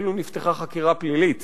אפילו נפתחה חקירה פלילית